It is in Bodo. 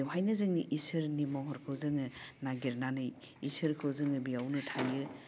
बेवहायनो जोंनि इसोरनि महरखौ जोङो नागिरनानै इसोरखौ जोङो बेयावनो थायो